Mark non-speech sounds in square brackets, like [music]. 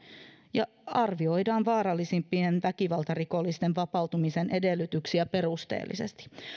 ja arvioidaan vaarallisimpien väkivaltarikollisten vapautumisen edellytyksiä perusteellisesti [unintelligible]